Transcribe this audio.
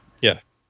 Yes